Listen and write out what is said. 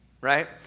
right